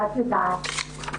יש, אבל לא בכל הרשימות, את יודעת.